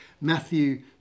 Matthew